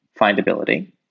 findability